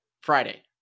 Friday